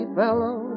fellow